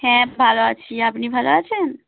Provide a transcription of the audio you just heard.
হ্যাঁ ভালো আছি আপনি ভালো আছেন